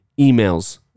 emails